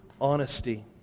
honesty